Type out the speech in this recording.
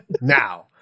now